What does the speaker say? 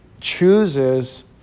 chooses